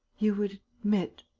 you would admit.